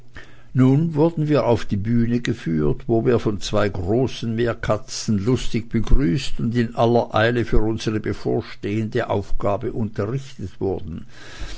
nun wurden wir auf die bühne geführt wo wir von zwei großen meerkatzen lustig begrüßt und in aller eile für unsere bevorstehende aufgabe unterrichtet wurden